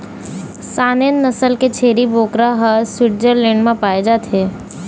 Saanen नसल के छेरी बोकरा ह स्वीटजरलैंड म पाए जाथे